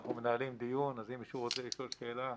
אנחנו מנהלים דיון, ואם מישהו רוצה לשאול שאלה,